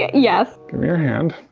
yes. give me your hand.